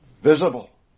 visible